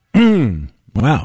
Wow